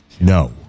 No